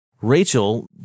Rachel